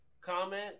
comment